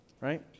right